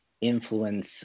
influence